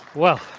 well,